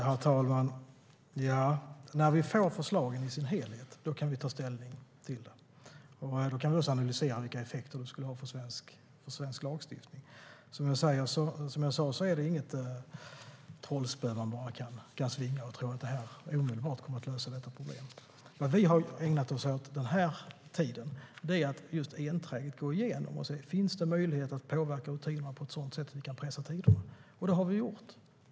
Herr talman! När vi får förslaget i dess helhet kan vi ta ställning och också analysera vilka effekter det skulle ha på svensk lagstiftning. Som jag sa är det inget trollspö man bara kan svinga och tro att det omedelbart kommer att lösa problemet. Det vi ägnat tiden åt är att enträget gå igenom och se om det finns möjligheter att påverka rutinerna på ett sådant sätt att vi kan pressa tiderna. Det har vi gjort.